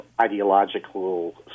ideological